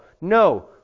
no